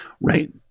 Right